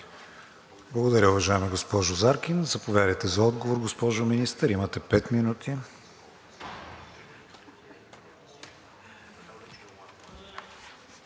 Благодаря, уважаема госпожо Заркин. Заповядайте за отговор, госпожо Министър, имате три минути.